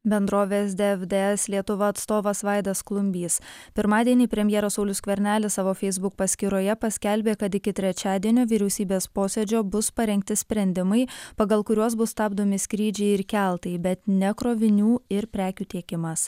bendrovės dfds lietuva atstovas vaidas klumbys pirmadienį premjeras saulius skvernelis savo facebook paskyroje paskelbė kad iki trečiadienio vyriausybės posėdžio bus parengti sprendimai pagal kuriuos bus stabdomi skrydžiai ir keltai bet ne krovinių ir prekių tiekimas